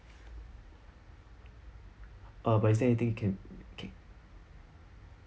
uh but is there anything can ca~